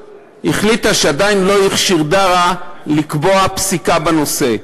שעדיין לא איכשר דרא לקבוע פסיקה בנושא,